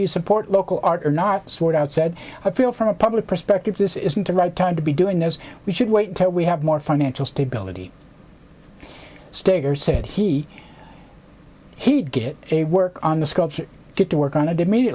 you support local art or not sort out said i feel from a public perspective this isn't the right time to be doing this we should wait until we have more financial stability staker said he he'd get a work on the sculpture get to work on a day media